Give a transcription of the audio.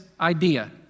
idea